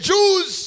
Jews